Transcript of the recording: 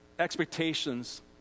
expectations